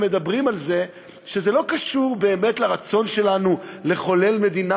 ומדברים על זה שזה לא קשור באמת לרצון שלנו לחולל מדינה